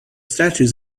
statues